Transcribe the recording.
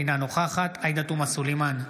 אינה נוכחת עאידה תומא סלימאן,